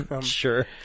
Sure